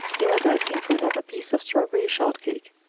he was asking for another piece of strawberry shortcake.